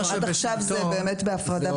עד עכשיו זה באמת בהפרדה בין קטין לבגיר.